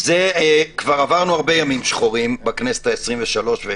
כבר עברנו הרבה ימים שחורים בכנסת העשרים ושלוש.